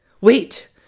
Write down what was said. wait